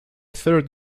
third